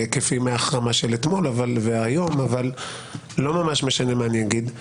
כפי ההחרמה של אתמול והיום לא ממש משנה מה אני אגיד,